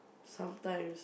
sometimes